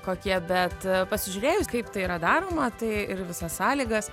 kokie bet pasižiūrėjus kaip tai yra daroma tai ir visas sąlygas